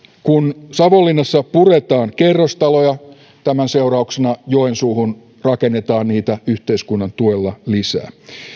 kun savonlinnassa puretaan kerrostaloja tämän seurauksena joensuuhun rakennetaan niitä yhteiskunnan tuella lisää